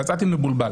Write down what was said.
יצאתי מבולבל.